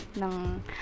ng